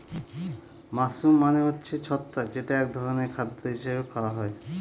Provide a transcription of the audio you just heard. mushroom মানে হচ্ছে ছত্রাক যেটা এক ধরনের খাদ্য হিসাবে খাওয়া হয়